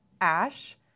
Ash